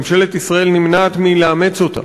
ממשלת ישראל נמנעת מלאמץ אותה.